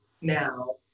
now